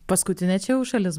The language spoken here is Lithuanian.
paskutinė čia jau šalis